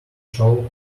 show